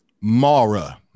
Mara